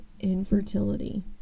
infertility